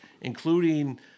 including